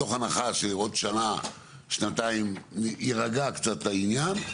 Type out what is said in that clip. מתוך הנחה שעוד שנה-שנתיים יירגע קצת העניין,